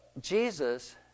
Jesus